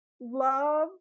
love